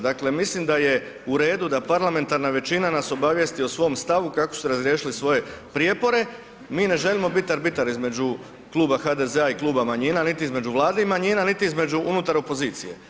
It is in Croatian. Dakle mislim da je uredu da parlamentarna većina nas obavijesti o svom stavu kako su razriješili svoje prijepore, mi ne želimo biti arbitar između kluba HDZ-a i kluba manjina, niti između Vlade i manjina, niti između unutar opozicije.